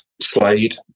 Slade